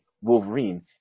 Wolverine